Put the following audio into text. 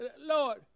Lord